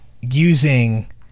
using